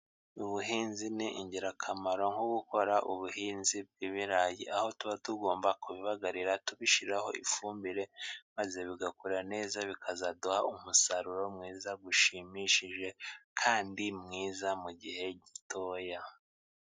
Ubuhinzi ni ingirakamaro nko gukora ubuhinzi bw'ibirayi, aho tuba tugomba kubibagarira tubishyiraho ifumbire, maze bigakora neza bikazaduha umusaruro mwiza ushimishije kandi mwiza mu gihe gitoya.